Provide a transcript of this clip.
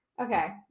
Okay